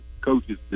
coaches